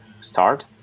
start